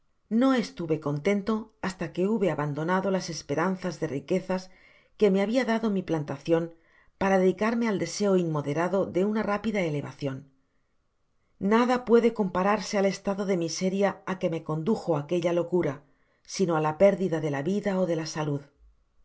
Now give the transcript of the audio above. no estuve contento hasta que hube abandonado las esperanzas de riquezas que me habia dado mi plantacion para dedicarme al deseo inmoderado de una rápida elevacion nada puede compararse al estado de miseria á que me condujo aquella locura sino á la pérdida de la vida ó de la salud